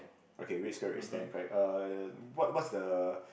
okay red square red stand correct uh what what's the